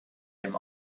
dem